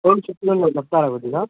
check చేసి చెప్తారా కొద్దిగా